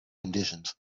conditions